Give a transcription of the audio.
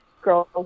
girls